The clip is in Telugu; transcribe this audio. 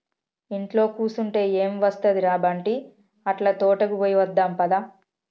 ఇంట్లో కుసంటే ఎం ఒస్తది ర బంటీ, అట్లా తోటకి పోయి వద్దాం పద